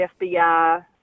FBI